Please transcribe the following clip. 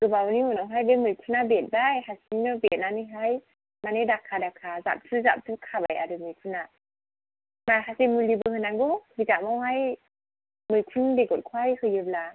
गोबावनि उनावहाय बे मैखुनआ बेरबाय हारसिंनो बेरनानैहाय मानि दाखा दाखा जाबथु जाबथु खाबाय आरो मैखुनआ माखासे मुलिबो होनांगौ जिगाबावहाय मैखुन बेगरखौहाय होयोब्ला